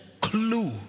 clue